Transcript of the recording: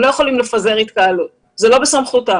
הם לא יכולים לפזר התקהלות וזה לא בסמכותם.